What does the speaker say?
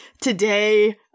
today